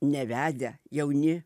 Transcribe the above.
nevedę jauni